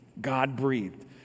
God-breathed